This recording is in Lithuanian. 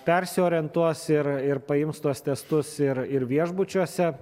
persiorientuos ir ir paims tuos testus ir ir viešbučiuose